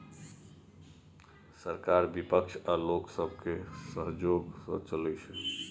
सरकार बिपक्ष आ लोक सबके सहजोग सँ चलइ छै